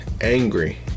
angry